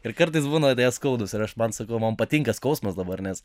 ir kartais būna skaudūs ir aš man sakau man patinka skausmas dabar nes